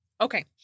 Okay